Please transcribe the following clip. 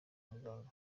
muganga